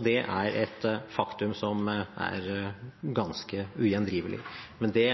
Det er et faktum som er ganske ugjendrivelig. Men det